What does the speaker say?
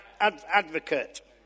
advocate